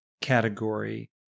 category